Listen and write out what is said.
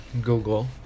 Google